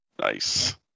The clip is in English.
Nice